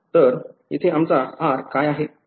तर येथे आमचा r काय आहे